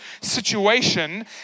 situation